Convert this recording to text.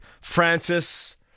Francis